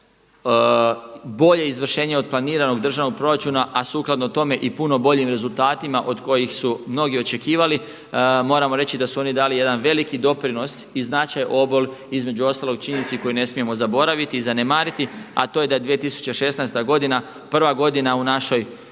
bolje izvršenje od planiranoga državnog proračuna, a sukladno tome i puno boljim rezultatima od kojih su mnogi očekivali moramo reći da su oni dali jedan veliki doprinos i značajan obol između ostalog činjenici koju ne smijemo zaboraviti i zanemariti, a to je da je 2016. godina prva godina u našoj